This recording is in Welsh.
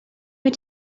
wyt